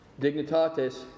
Dignitatis